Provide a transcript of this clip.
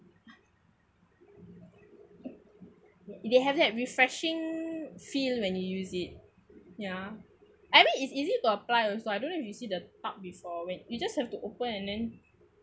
you'll have that refreshing feel when you use it yeah I mean it's easy to apply also I don't know if you see the tub before when you just have to open and then